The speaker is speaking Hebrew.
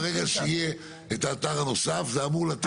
ברגע שיהיה את האתר הנוסף, זה אמור לתת פתרון?